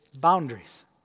boundaries